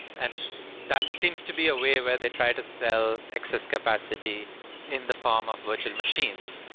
and that seems to be a way where they try to sell excess capacity in the form of virtual machines,